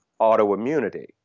autoimmunity